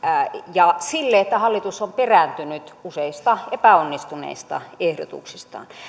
ja sille että hallitus on perääntynyt useista epäonnistuneista ehdotuksistaan